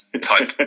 type